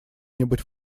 нибудь